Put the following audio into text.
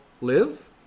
live